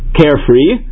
carefree